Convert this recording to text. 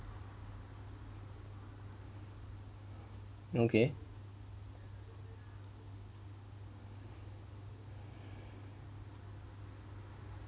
okay